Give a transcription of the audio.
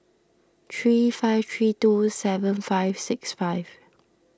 three five three two seven five six five